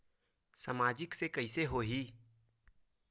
सामाजिक से कइसे होही?